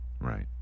right